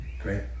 Great